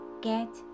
get